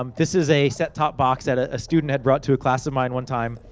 um this is a set top box that ah a student had brought to a class of mine one time.